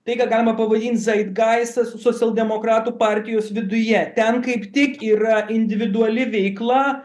tai ką galima pavadint zaidgaistas socialdemokratų partijos viduje ten kaip tik yra individuali veikla